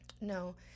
no